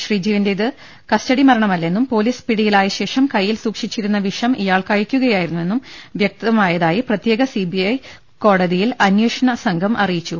ശ്രീജിവിന്റേത് custody മര ണമല്ലെന്നും police പിടിയിലായ ശേഷം കയ്യിൽ സൂക്ഷിച്ചി രുന്ന വിഷം ഇയാൾ കഴിക്കുകയായിരുന്നുവെന്നും വ്യക്തമായ തായി പ്രത്യേക സിബിഐ കോടതിയിൽ അന്വേഷണസംഘം അറിയിച്ചു